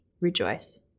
rejoice